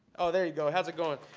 there you go. how's it going?